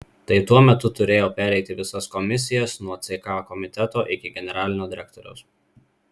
tai tuo metu turėjau pereiti visas komisijas nuo ck komiteto iki generalinio direktoriaus